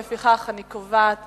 לפיכך אני קובעת